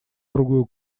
другую